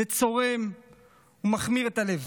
זה צורם ומכמיר את הלב.